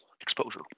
exposure